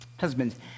Husbands